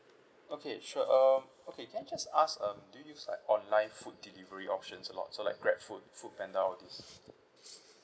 okay sure um okay can I just ask um do you use like online food delivery options a lot so like grabfood foodpanda all these